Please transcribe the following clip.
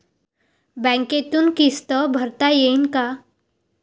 बँकेतून किस्त भरता येईन का?